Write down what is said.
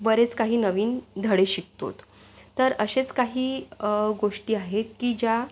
बरेच काही नवीन धडे शिकतो तर असेच काही गोष्टी आहेत की ज्या